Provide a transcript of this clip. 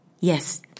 Yes